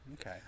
okay